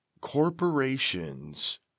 Corporations